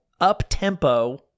up-tempo